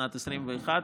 שנת 2021,